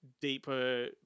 deeper